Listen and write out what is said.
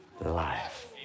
life